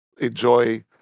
enjoy